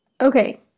okay